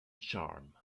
charm